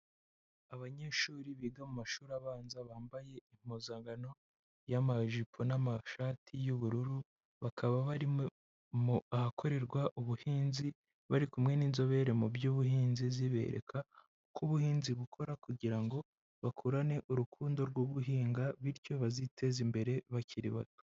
Abanyeshuri biga mu mashuri abanza bambaye impuzankano y'amajipo n'amashati y'ubururu, bakaba barimo mu ahakorerwa ubuhinzi bari kumwe n'inzobere mu by'ubuhinzi zibereka uko ubuhinzi bukora kugira ngo bakurane urukundo rwo guhinga, bityo baziteze imbere bakiri bato.